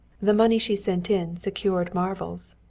the money she sent in secured marvels.